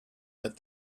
that